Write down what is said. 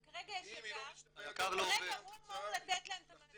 אבל כרגע יש יק"ר וכרגע הוא אמור לתת להם את המענה והוא לא נותן.